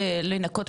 נותנים להם התראה?